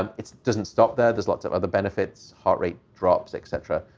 um it doesn't stop there. there's lots of other benefits, heart rate drops, etc.